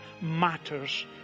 matters